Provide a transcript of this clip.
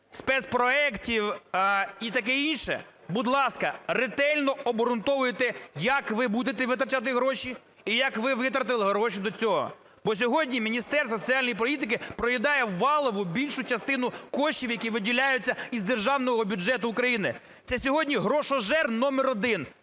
спецпроектів і таке інше, будь ласка, ретельно обґрунтовуйте, як ви будете витрачати гроші і як ви витратили гроші до цього. Бо сьогодні Міністерство соціальної політики проїдає валову, більшу частину коштів, які виділяються із державного бюджету України. Це сьогодні грошожер номер один,